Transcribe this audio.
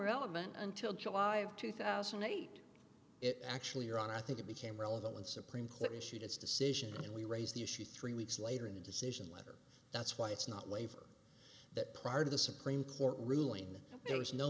relevant until july of two thousand and eight it actually ron i think it became relevant when supreme court issued its decision and we raised the issue three weeks later in the decision letter that's why it's not waiver that prior to the supreme court ruling that there is no